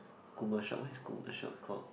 shop what is shop called